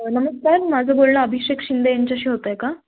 नमस्कार माझं बोलणं अभिषेक शिंदे यांच्याशी होत आहे का